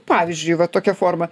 pavyzdžiui va tokia forma